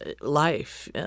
life